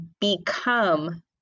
become